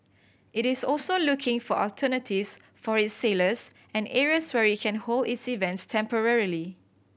it is also looking for alternatives for its sailors and areas where it can hold its events temporarily